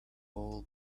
all